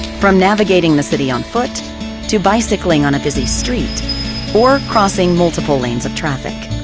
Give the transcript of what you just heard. from navigating the city on foot to bicycling on a busy street or crossing multiple lanes of traffic.